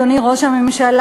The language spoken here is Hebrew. אדוני ראש הממשלה,